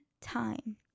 time